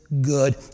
good